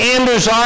Anders